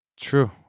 True